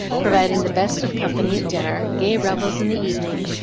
providing the best of company at dinner, gay revels in the evening,